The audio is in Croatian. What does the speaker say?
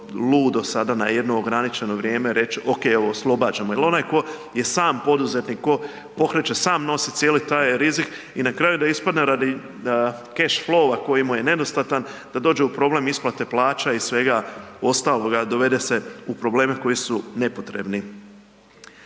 ludo sada na jedno ograničeno vrijeme reč, ok evo oslobađamo jer onaj tko je sam poduzetnik, tko pokreće, sam nosi cijeli taj rizik i na kraju da ispadne radi keš lova koji mu je nedostatan da dođe u problem isplate plaća i svega ostaloga dovede se u probleme koji su nepotrebni.